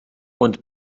und